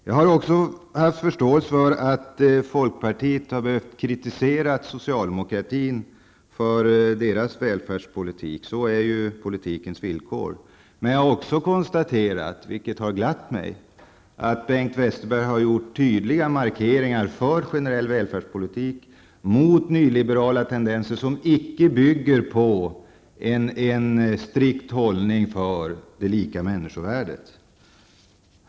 Jag har också haft förståelse för att folkpartiet har behövt kritisera socialdemokraterna för deras välfärdspolitik. Sådana är politikens villkor. Men jag har också konstaterat, vilket har glatt mig, att Bengt Westerberg har gjort tydliga markeringar för generell välfärdspolitik, mot nyliberala tendenser som icke bygger på en strikt hållning för det lika människovärdet.